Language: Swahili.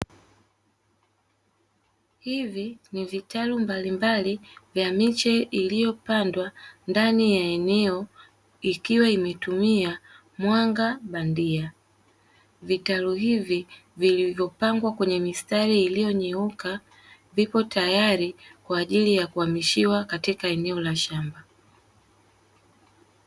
Hivi ni vitalu vya miche mbalimbali iliyopandwa ndani ya eneo ikiwa imetumia mwanga bandia, vitalu hivi vilivyopandwa kwenye mistari iliyonyooka viko tayari kwa ajili ya kuamishwa katika eneo la shamba.